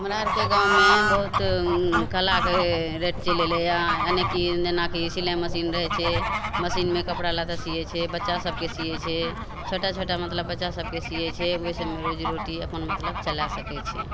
हमरा आरके गाँवमे बहुत कलाके है रेट चलि अयलय यऽ एना की नेना की सिलाइ मशीन रहय छै मशीनमे कपड़ा लए कऽ सीयै छै बच्चा सबके सीयै छै छोटा छोटा मतलब बच्चा सबके सीयै छै ओइ सबमे रोजी रोटी अपन मतलब चला सकय छै